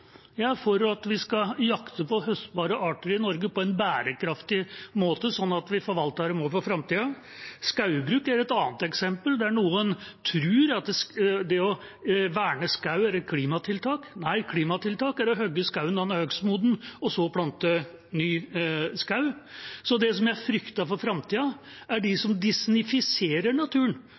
Jeg er for at vi skal jakte på høstbare arter i Norge på en bærekraftig måte, sånn at vi forvalter dem også for framtida. Skogbruk er et annet eksempel, der noen tror at det å verne skog er et klimatiltak. Nei, klimatiltak er å hugge skogen når den er hogstmoden, og så plante ny skog. Det jeg frykter for framtida, er de som «disneyfiserer» naturen